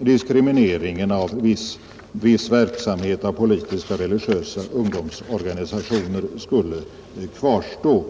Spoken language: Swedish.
diskrimineringen av viss verksamhet av politiska och religiösa ungdomsorganisationer skulle kvarstå.